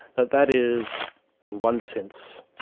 that that is in one sense,